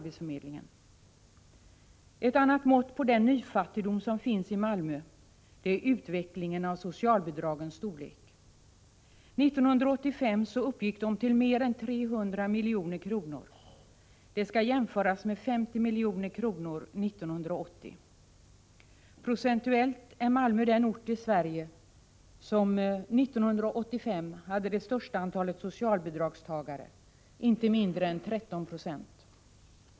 Ett annat mått på den nyfattigdom som finns i Malmö är utvecklingen av socialbidragens storlek. 1985 uppgick de till mer än 300 milj.kr. Det skall jämföras med 50 milj.kr. 1980. Procentuellt är Malmö den ort i Sverige som 1985 hade det största antalet socialbidragstagare — inte mindre än 13 9o.